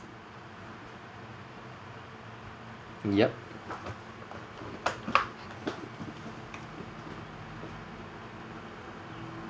yup